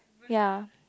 ya